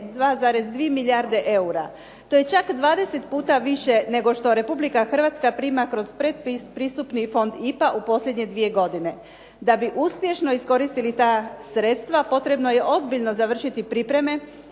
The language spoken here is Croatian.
2,2 milijarde eura. To je čak dvadeset puta više nego što Republika Hrvatska prima kroz predpristupni fond IPA u posljednje dvije godine. Da bi uspješno iskoristili ta sredstava potrebno je ozbiljno završiti pripreme